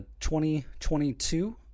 2022